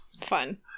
fun